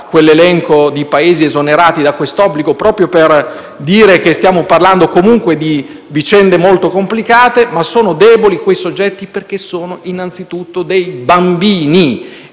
all'elenco di Paesi che sarebbero esonerati da quest'obbligo proprio per dire che stiamo parlando, comunque, di vicende molto complicate. Tuttavia, sono deboli quei soggetti perché sono innanzitutto dei bambini